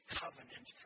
covenant